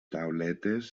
tauletes